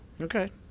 Okay